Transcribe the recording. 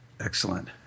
Excellent